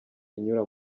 inyura